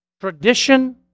tradition